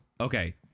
okay